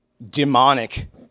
Demonic